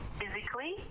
physically